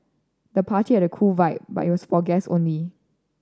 the party had a cool vibe but it was for guests only